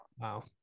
Wow